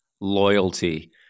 Loyalty